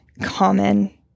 common